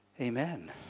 Amen